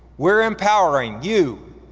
we're empowering you,